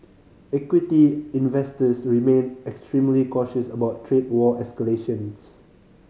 equity investors remain extremely cautious about trade war escalations